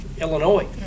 Illinois